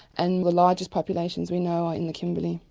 and the largest populations we know are in the kimberley.